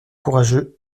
courageux